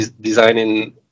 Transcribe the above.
designing